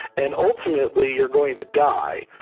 and ultimately you're going to die.